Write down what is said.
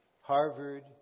Harvard